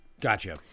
Gotcha